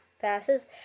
passes